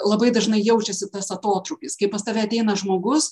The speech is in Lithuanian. labai dažnai jaučiasi tas atotrūkis kai pas tave ateina žmogus